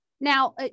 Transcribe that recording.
Now